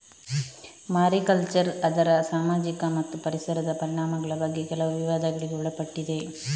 mariculture ಅದರ ಸಾಮಾಜಿಕ ಮತ್ತು ಪರಿಸರದ ಪರಿಣಾಮಗಳ ಬಗ್ಗೆ ಕೆಲವು ವಿವಾದಗಳಿಗೆ ಒಳಪಟ್ಟಿದೆ